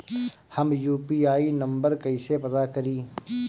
हम UPI number कइसे पता करी?